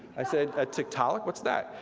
i said, a tiktaalik, what's that?